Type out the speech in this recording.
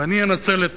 ואני אנצל את